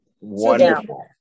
Wonderful